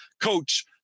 coach